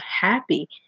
happy